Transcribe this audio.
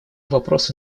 вопросы